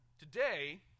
Today